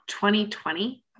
2020